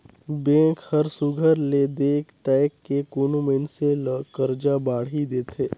bank हर सुग्घर ले देख ताएक के कोनो मइनसे ल करजा बाड़ही देथे